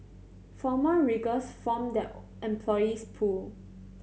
former riggers form their employees pool